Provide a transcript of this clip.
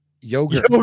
Yogurt